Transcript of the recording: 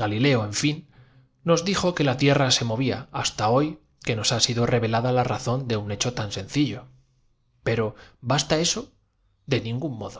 galileo en fin nos dijo que pues como obra acabada de crear no había empezado la tierra se movía hasta hoy que nos ha sido revelada aún las revoluciones que el hacedor le impuso su la razón de un hecho tan sencillo pero basta esto de calor era infinitamente más